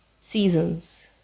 seasons